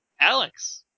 Alex